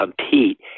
compete